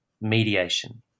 mediation